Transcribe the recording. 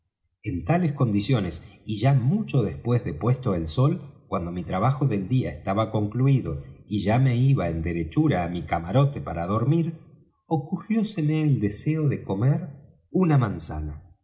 en tales condiciones y ya mucho después de puesto el sol cuando mi trabajo del día estaba concluido y ya me iba en derechura á mi camarote para dormir ocurrióseme el deseo de comer una manzana